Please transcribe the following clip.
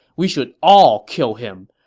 we should all kill him.